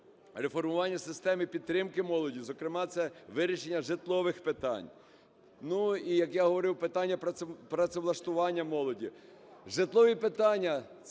реформування системи підтримки молоді, зокрема це вирішення житлових питань. Ну і, як я говорив, питання працевлаштування молоді. Житлові питання -